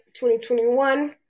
2021